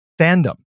fandom